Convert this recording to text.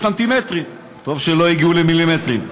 בסנטימטרים, טוב שלא הגיעו למילימטרים.